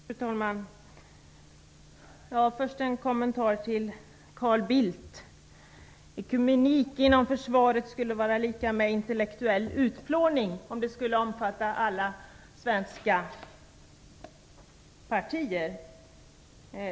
Fru talman! Först vill jag ta upp Carl Bildts kommentar. Han sade att ekumenik inom försvaret skulle vara lika med en intellektuell utplåning, om den skulle omfatta alla svenska partier.